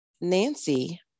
Nancy